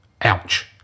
Ouch